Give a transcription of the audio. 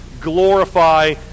glorify